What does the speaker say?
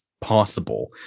possible